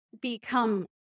become